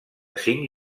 cinc